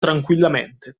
tranquillamente